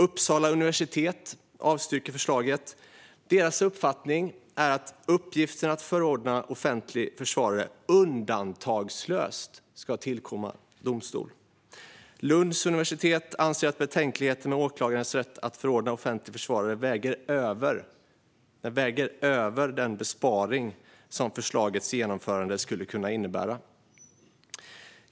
Uppsala universitet avstyrker förslaget. Deras uppfattning är att uppgiften att förordna offentlig försvarare undantagslöst ska tillkomma domstol. Lunds universitet anser att betänkligheten med åklagarens rätt att förordna offentlig försvarare väger tyngre än den besparing som förslagets genomförande skulle kunna innebära.